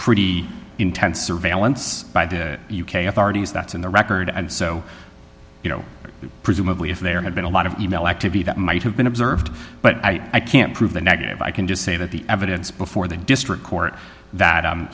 pretty intense surveillance by the u k authorities that's in the record and so you know presumably if there had been a lot of e mail activity that might have been observed but i can't prove the negative i can just say that the evidence before the district court that